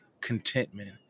contentment